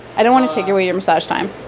i don't want to take away your massage time